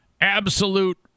absolute